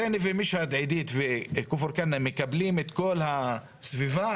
ריינה ומשהאד וכפר קנא מקבלים את כל הסביבה,